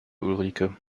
ulrike